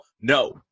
no